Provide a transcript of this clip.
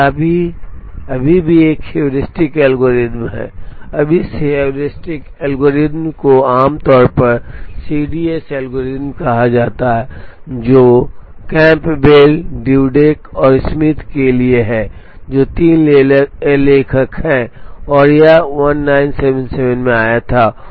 अब यह अभी भी एक हेयोरिस्टिक एल्गोरिथ्म है अब इस हेयुरिस्टिक एल्गोरिथ्म को आमतौर पर सीडीएस एल्गोरिथ्म कहा जाता है जो कैंपबेल ड्यूडेक और स्मिथ के लिए है जो तीन लेखक हैं और यह 1977 में आया था